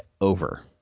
over